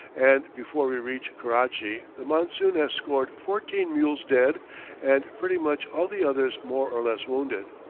and before we reach karachi the monsoon has scored fourteen mules dead and pretty much all the others more or less wounded.